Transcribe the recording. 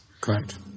Correct